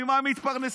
ממה הם יתפרנסו?